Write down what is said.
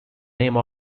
name